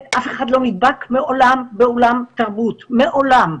אף אחד לא נדבק מעולם באולם תרבות, מעולם.